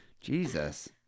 Jesus